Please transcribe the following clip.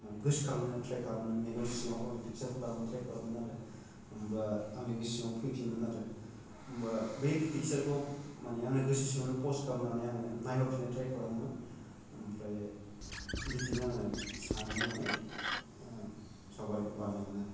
माने गोसखांनो ट्राय खालामोमोन मेगननि सिङाव पिक्चारखौ लाबोनो ट्राय खालामोमोन आरो होनबाय आंनि गोसो सिङाव फैफिनोमोन आरो होनबाय बे पिक्चारखौ मानि आंनि गोसो सिंनि पाउज खालामनानै गोसो सिङावनो नायहरफिन्नो ट्राय खालामोमोन ओमफ्राय बिदिनो आङो सानहाबनानै सावगारिखौ बानायोमोन आरो